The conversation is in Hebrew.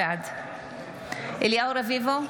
בעד אליהו רביבו,